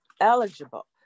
eligible